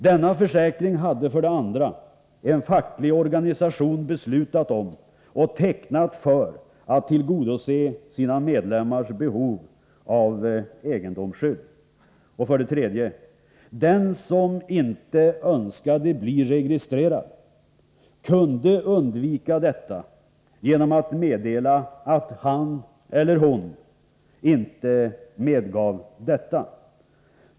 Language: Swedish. Denna försäkring hade för det andra en facklig organisation beslutat om och tecknat för att tillgodose sina medlemmars behov av egendomsskydd. För det tredje: Den som inte önskade bli registrerad kunde undvika detta genom att meddela att han eller hon inte medgav det.